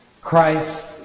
Christ